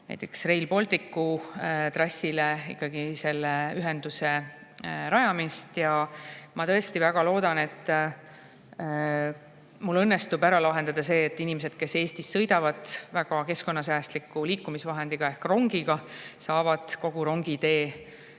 näiteks Rail Balticu trassile selle ühenduse rajamisega. Ma tõesti väga loodan, et mul õnnestub see ära lahendada, et inimesed, kes sõidavad Eestis väga keskkonnasäästliku liikumisvahendiga ehk rongiga, saaksid kogu rongitee